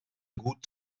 gut